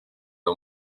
aya